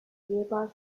nearby